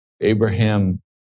Abraham